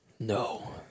No